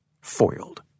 foiled